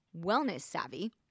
wellness-savvy